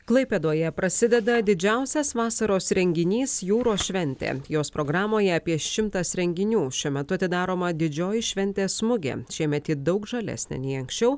klaipėdoje prasideda didžiausias vasaros renginys jūros šventė jos programoje apie šimtas renginių šiuo metu atidaroma didžioji šventės mugė šiemet ji daug žalesnė nei anksčiau